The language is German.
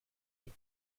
mit